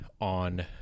on